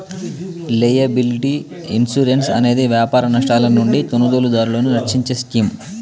liability insurance అనేది వ్యాపార నష్టాల నుండి కొనుగోలుదారులను రక్షించే స్కీమ్